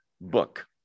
book